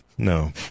No